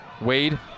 Wade